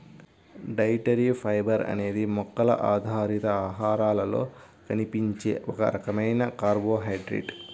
dietary fibre అనేది మొక్కల ఆధారిత ఆహారాలలో కనిపించే ఒక రకమైన కార్బోహైడ్రేట్